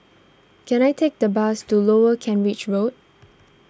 can I take the bus to Lower Kent Ridge Road